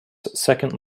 second